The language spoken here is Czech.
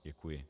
Děkuji.